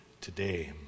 today